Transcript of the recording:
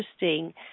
interesting